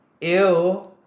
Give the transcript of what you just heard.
ew